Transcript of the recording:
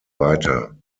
weiter